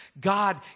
God